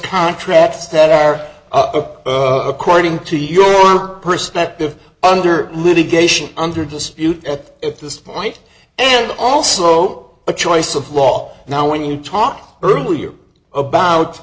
contracts that are according to your perspective under litigation under dispute at this point and also the choice of law now when you talk earlier about